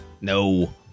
No